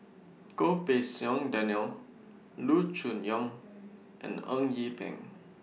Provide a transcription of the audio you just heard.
Goh Pei Siong Daniel Loo Choon Yong and Eng Yee Peng